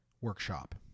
workshop